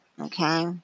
okay